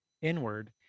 Inward